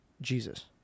Jesus